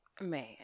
man